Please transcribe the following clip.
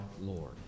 Lord